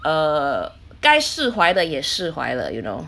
err 该释怀的也释怀了 you know